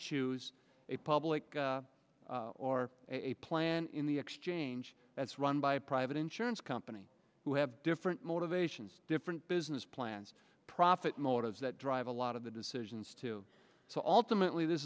choose a public or a plan in the exchange that's run by a private insurance company who have different motivations different business plans profit motives that drive a lot of the decisions too so ultimately this